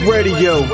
Radio